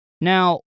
Now